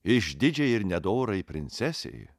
išdidžiai ir nedorai princesei